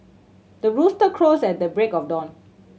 the rooster crows at the break of dawn